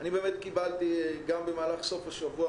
אני קיבלתי במהלך סוף השבוע